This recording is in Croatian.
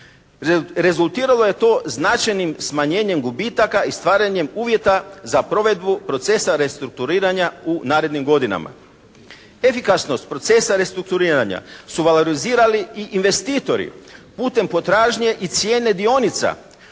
Rezultiralo je to značajnim smanjenjem gubitaka i stvaranjem uvjeta za provedbu procesa restrukturiranja u narednim godinama. Efikasnost procesa restrukturiranja su valorizirali i investitori putem potražnje i cijene dionica